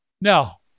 Now